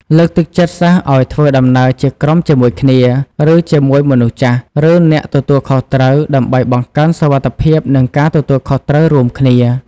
លើកទឹកចិត្តសិស្សឱ្យធ្វើដំណើរជាក្រុមជាមួយគ្នា ឬជាមួយមនុស្សចាស់ ឬអ្នកទទួលខុសត្រូវ ដើម្បីបង្កើនសុវត្ថិភាព និងការទទួលខុសត្រូវរួមគ្នា។